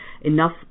enough